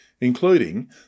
including